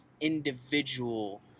individual